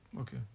okay